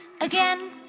Again